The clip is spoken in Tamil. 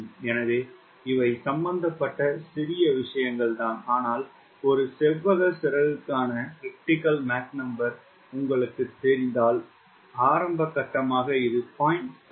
எனவே இவை சம்பந்தப்பட்ட சிறிய விஷயங்கள் ஆனால் ஒரு செவ்வக சிறகுக்கான Mcritical உங்களுக்குத் தெரிந்தால் ஆரம்ப கட்டமாக இது 0